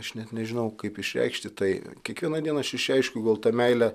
aš net nežinau kaip išreikšti tai kiekvieną dieną aš išreiškiu gal tą meilę